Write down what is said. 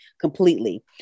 completely